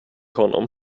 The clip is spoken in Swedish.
honom